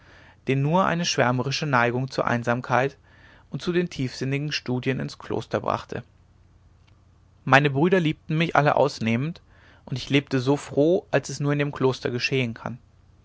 den nur eine schwärmerische neigung zur einsamkeit und zu den tiefsinnigsten studien ins kloster brachte meine brüder liebten mich alle ausnehmend und ich lebte so froh als es nur in dem kloster geschehen kann